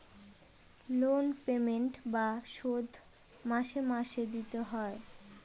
loan payment বা শোধ মাসে মাসে দিতে হয়